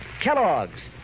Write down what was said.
Kellogg's